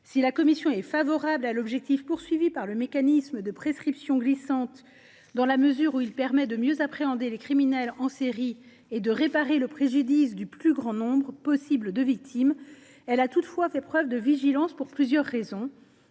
Si la commission est favorable à l’objectif visé par le mécanisme de la prescription glissante, qui permet de mieux appréhender les criminels en série et de réparer les préjudices du plus grand nombre possible de victimes, elle a toutefois fait preuve de vigilance pour plusieurs raisons.